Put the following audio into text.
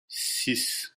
six